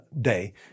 day